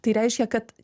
tai reiškia kad